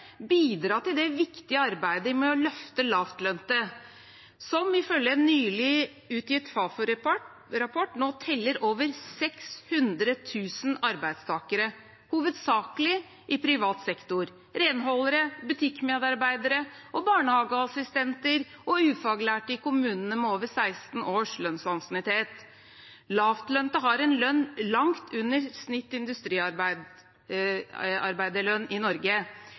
bidra til det viktige arbeidet med å løfte lavtlønte, som ifølge en nylig utgitt Fafo-rapport nå teller over 600 000 arbeidstakere, hovedsakelig i privat sektor: renholdere, butikkmedarbeidere, barnehageassistenter og ufaglærte i kommunene med over 16 års lønnsansiennitet. Lavtlønte har en lønn langt under snittet av industriarbeiderlønn i Norge.